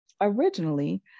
Originally